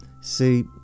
See